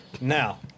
Now